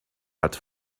hat